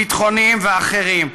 ביטחוניים ואחרים.